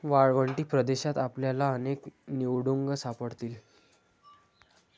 वाळवंटी प्रदेशात आपल्याला अनेक निवडुंग सापडतील